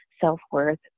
self-worth